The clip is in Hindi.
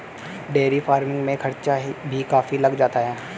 डेयरी फ़ार्मिंग में खर्चा भी काफी लग जाता है